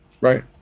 right